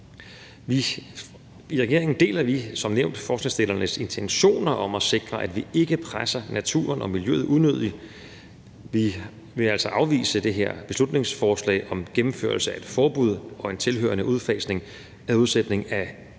I regeringen deler vi som nævnt forslagsstillernes intentioner om at sikre, at vi ikke presser naturen og miljøet unødigt. Vi vil altså afvise det her beslutningsforslag om en gennemførelse af et forbud og en tilhørende udfasning af udsætningen af alt